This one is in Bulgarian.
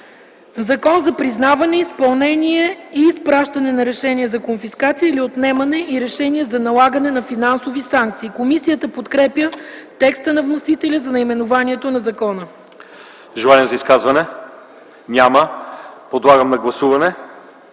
„Закон за признаване, изпълнение и изпращане на решения за конфискация или отнемане и решения за налагане на финансови санкции.” Комисията подкрепя текста на вносителя за наименованието на закона. ПРЕДСЕДАТЕЛ ЛЪЧЕЗАР ИВАНОВ: Има ли желания